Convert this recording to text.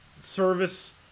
service